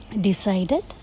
Decided